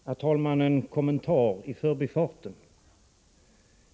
Herr talman! En kommentar i förbifarten.